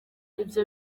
ibyo